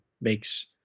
makes